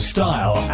Style